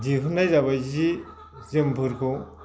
दिहुननाय जाबाय सि जोमफोरखौ